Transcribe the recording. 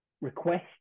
request